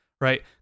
right